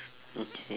okay